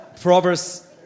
Proverbs